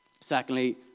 Secondly